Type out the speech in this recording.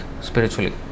spiritually